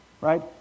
right